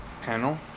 Panel